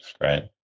right